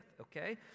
okay